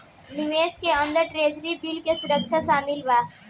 निवेश के अंदर ट्रेजरी बिल के सुरक्षा शामिल बा